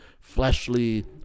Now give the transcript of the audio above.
fleshly